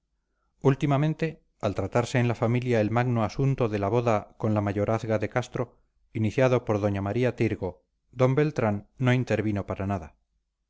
últimamente al tratarse en familia el magno asunto de la boda con la mayorazga de castro iniciado por doña maría tirgo d beltrán no intervino para nada